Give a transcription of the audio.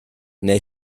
neu